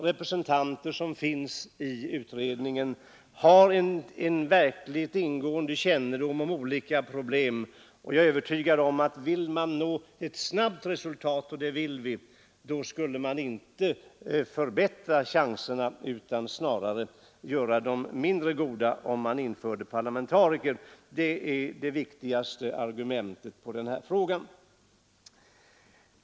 Utredningens ledamöter har verkligt ingående kännedom om olika problem, och jag är övertygad om att vill man nå ett snabbt resultat — och det vill vi — skulle man inte förbättra chanserna utan snarare göra dem mindre goda, om man införde parlamentariker i utredningen. Det är det viktigaste argumentet i den frågan.